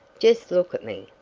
just look at me!